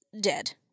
dead